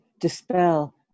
dispel